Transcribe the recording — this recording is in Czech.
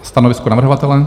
Stanovisko navrhovatele?